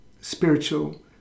spiritual